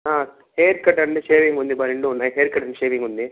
hair cut and shaving ఉంది రెండు ఉన్నాయి హెయిర్కట్ అండ్ షేవింగ్ ఉంది